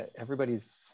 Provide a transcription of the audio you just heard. everybody's